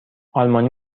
آلمانی